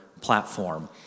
platform